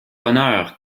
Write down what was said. honneur